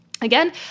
Again